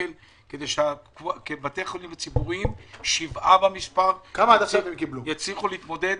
שקל כדי ששבעת בתי החולים הציבוריים יצליחו להתמודד.